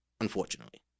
unfortunately